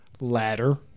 Ladder